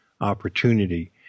opportunity